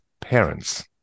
parents